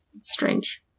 strange